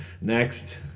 Next